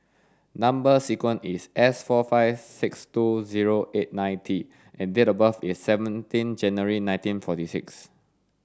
number sequence is S four five six two zero eight nine T and date of birth is seventeen January nineteen forty six